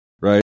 right